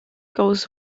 goes